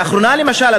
לאחרונה למשל,